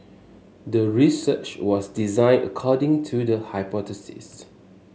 the research was designed according to the hypothesis